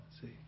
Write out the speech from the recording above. See